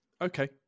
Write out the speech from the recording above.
okay